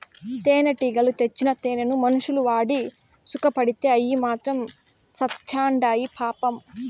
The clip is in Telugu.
తేనెటీగలు తెచ్చిన తేనెను మనుషులు వాడి సుకపడితే అయ్యి మాత్రం సత్చాండాయి పాపం